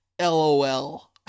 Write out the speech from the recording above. LOL